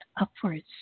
upwards